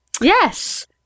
Yes